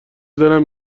دلم